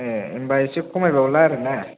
ए होमबा एसे खमायबावला आरोना